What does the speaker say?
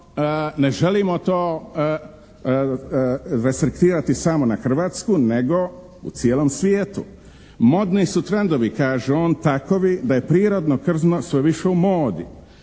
ne želimo to respektirati samo na Hrvatsku nego u cijelom svijetu. Modni su trendovi, kaže on, takovi da je prirodno krzno sve više u modi,